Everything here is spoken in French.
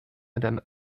madame